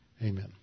Amen